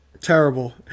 Terrible